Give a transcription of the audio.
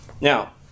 Now